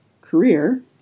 career